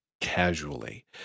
Casually